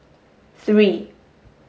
three